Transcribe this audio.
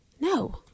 no